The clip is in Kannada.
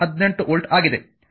18 ವೋಲ್ಟ್ ಆಗಿದೆ